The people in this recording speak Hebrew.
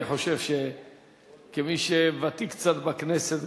אני חושב שכמי שוותיק קצת בכנסת,